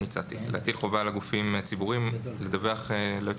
אני הצעתי - על הגופים הציבוריים לדווח ליועץ